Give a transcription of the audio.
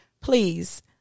please